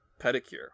Pedicure